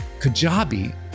Kajabi